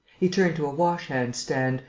he turned to a wash-hand-stand,